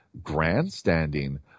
grandstanding